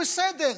בסדר,